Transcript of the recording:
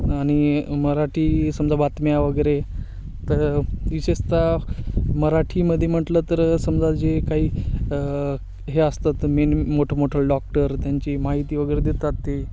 आणि मराठी समजा बातम्या वगैरे त विशेषतः मराठीमध्ये म्हटलं तर समजा जे काही हे असतात मेन मोठंमोठं डॉक्टर त्यांची माहिती वगैरे देतात ते